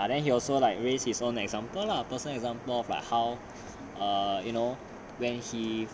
ah then he also like raise his own example lah personal example of like how err you know when he